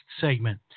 segment